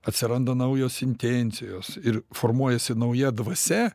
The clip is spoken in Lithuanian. atsiranda naujos intencijos ir formuojasi nauja dvasia